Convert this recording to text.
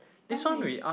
done already